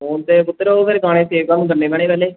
phone 'ਤੇ ਪੁੱਤਰ ਉਹ ਫਿਰ ਗਾਣੇ ਸੇਵ ਤੁਹਾਨੂੰ ਕਰਨੇ ਪੈਣੇ ਪਹਿਲੇ